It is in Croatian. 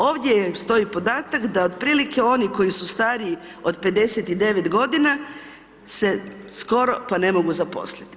Ovdje stoji podatak da otprilike oni koji su stariji od 59 godina se skoro pa ne mogu zaposliti.